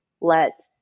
let